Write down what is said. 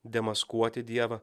demaskuoti dievą